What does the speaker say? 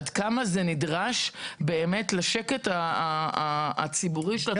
עד כמה זה נדרש לשקט הציבורי של התושבים.